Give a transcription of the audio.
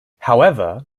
however